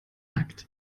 akt